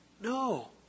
No